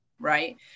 Right